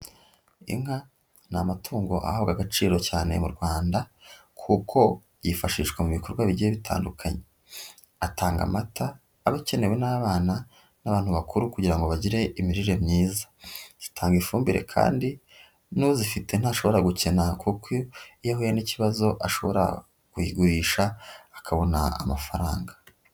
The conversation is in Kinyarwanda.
Inka ni amatungo ahabwa agaciro cyane mu rwanda, kuko yifashishwa mu bikorwa bigiye bitandukanye. Atanga amata aba akenewe n'abana n'abantu bakuru kugira ngo bagire imirire myiza, zitanga ifumbire kandi n'uzifite ntashobora gukena kuko iyo ahuye n'ikibazo ashobora kuyigurisha akabona amafaranga.